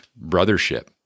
brothership